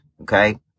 Okay